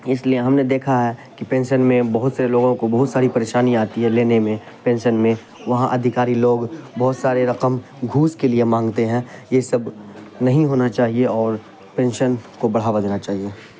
اس لیے ہم نے دیکھا ہے کہ پینشن میں بہت سے لوگوں کو بہت ساری پریشانی آتی ہے لینے میں پینشن میں وہاں ادھیکاری لوگ بہت ساری رقم گھوس کے لیے مانگتے ہیں یہ سب نہیں ہونا چاہیے اور پینشن کو بڑھاوا دینا چاہیے